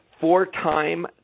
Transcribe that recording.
four-time